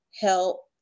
help